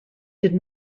did